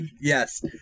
Yes